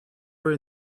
were